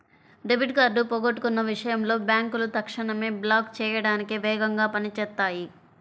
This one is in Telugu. డెబిట్ కార్డ్ పోగొట్టుకున్న విషయంలో బ్యేంకులు తక్షణమే బ్లాక్ చేయడానికి వేగంగా పని చేత్తాయి